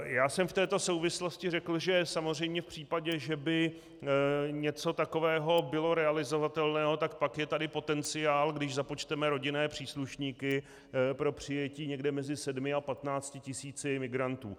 Já jsem v této souvislosti řekl, že samozřejmě v případě, že by něco takového bylo realizovatelné, tak pak je tady potenciál, když započteme rodinné příslušníky, pro přijetí někde mezi 7 a 15 tisíci migrantů.